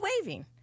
waving